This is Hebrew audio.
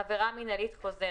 עובד רשות